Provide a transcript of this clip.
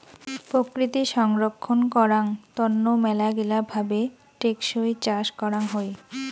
প্রকৃতি সংরক্ষণ করাং তন্ন মেলাগিলা ভাবে টেকসই চাষ করাং হই